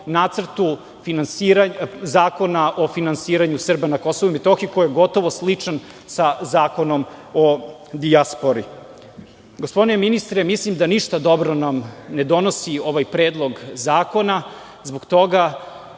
nacrtu Zakona o finansiranju Srba na Kosovu i Metohiji, koji je sličan sa Zakonom o dijaspori. Gospodine ministre, mislim da ništa dobro nam ne donosi ovaj predlog zakona, zbog toga